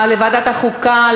לוועדת החוקה,